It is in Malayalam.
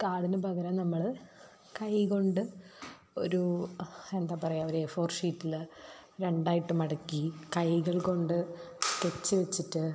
കാർഡിന് പകരം നമ്മൾ കൈ കൊണ്ട് ഒരു എന്താ പറയുക ഒരു എ ഫോർ ഷീറ്റിൽ രണ്ടായിട്ട് മടക്കി കൈകൾ കൊണ്ട് തെച് വെച്ചിട്ട്